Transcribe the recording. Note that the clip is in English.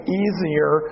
easier